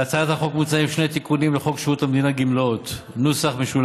בהצעת החוק מוצעים שני תיקונים לחוק שירות המדינה (גמלאות) ,